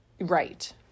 Right